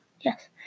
Yes